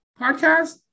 podcast